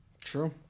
True